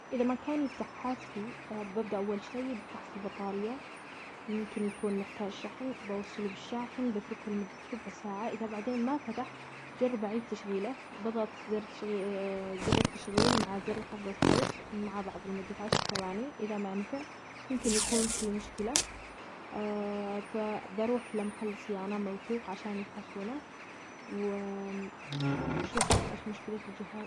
إذا ما كان يفتح هاتفي، ببدأ أول شيء بفحص البطارية. ممكن يكون محتاج شحن. بوصله بالشاحن، بتركه لمدة ربع ساعة. إذا بعدين ما فتح، بجرب أعيد تشغيله. بضغط زر التش-التشغيل مع زر خفض الصوت مع بعض لمدة عشر ثواني. إذا ما نفع، يمكن يكون فيه مشكلة. فبروح لمحل صيانة موثوق عشان يفحصونا. وبشوف ايش مشكلة الجهاز.